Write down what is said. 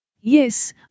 yes